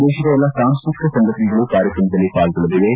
ದೇಶದ ಎಲ್ಲ ಸಾಂಸ್ಟತಿಕ ಸಂಘಟನೆಗಳು ಕಾರ್ಯಕ್ರಮದಲ್ಲಿ ಪಾಲ್ಗೊಳ್ಳಲಿವೆ